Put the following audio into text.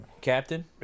captain